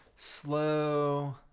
Slow